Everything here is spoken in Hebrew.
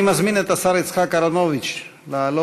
אני מזמין את השר יצחק אהרונוביץ לעלות,